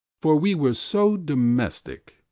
for we were so domestic,